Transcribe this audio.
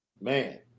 man